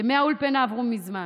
ימי האולפנה עברו מזמן.